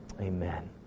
Amen